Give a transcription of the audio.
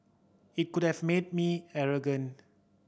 it could have made me arrogant